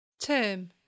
Term